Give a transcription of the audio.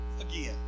again